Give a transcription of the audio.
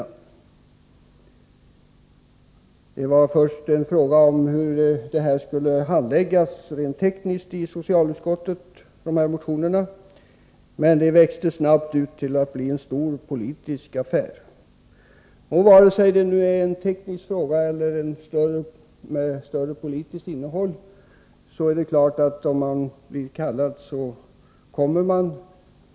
Till att börja med var det en fråga om hur motionerna rent tekniskt skulle handläggas i socialutskottet, men det växte snabbt ut till en stor politisk affär. Och vare sig det är en stor fråga eller en teknisk fråga med större politiskt innehåll är det klart att man kommer om man blir kallad.